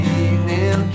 evening